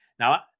Now